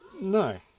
No